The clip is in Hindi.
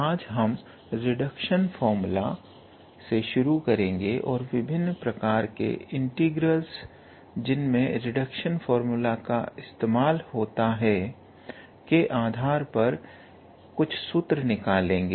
आज हम रिडक्शन फार्मूला से शुरू करेंगे और विभिन्न प्रकार के इंटीग्रलस जिनमें रिडक्शन फार्मूला इस्तेमाल होता है के आधार पर कुछ सूत्र निकालेंगे